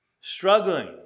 struggling